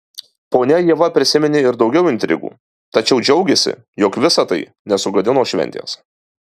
ponia ieva prisiminė ir daugiau intrigų tačiau džiaugėsi jog visa tai nesugadino šventės